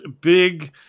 Big